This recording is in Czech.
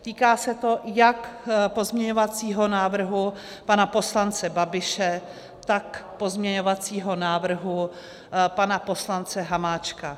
Týká se to jak pozměňovacího návrhu pana poslance Babiše, tak pozměňovacího návrhu pana poslance Hamáčka.